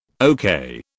Okay